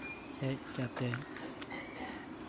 ᱦᱮᱡ ᱠᱟᱛᱮ